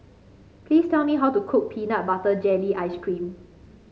please tell me how to cook Peanut Butter Jelly Ice cream